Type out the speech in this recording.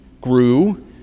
grew